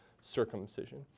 circumcision